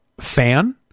fan